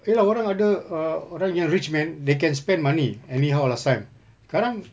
ya lah orang ada err orang yang rich man they can spend money anyhow last time sekarang